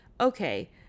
Okay